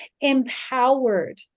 empowered